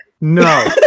No